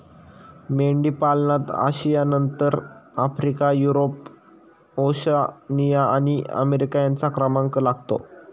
मेंढीपालनात आशियानंतर Africa, Europe, Oceania आणि अमेरिका यांचा क्रमांक लागतो